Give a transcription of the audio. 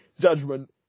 judgment